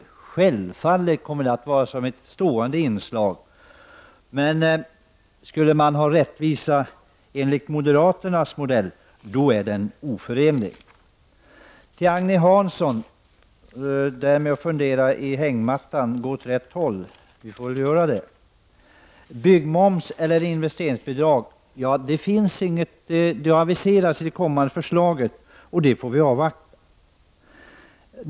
Dessa upplåtelseformer kommer att finnas som stående inslag i boendet. Rättvisa enligt moderaternas modell är däremot oförenlig med vår bostadspolitik. Agne Hansson uppmanade mig att fundera i hängmattan och gå åt rätt håll i fråga om skatteförslaget. Ja, jag får väl göra det. Så till frågan om byggmoms eller investeringsbidrag. Den frågan aviseras i det kommande förslaget, och det får vi avvakta.